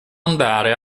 andare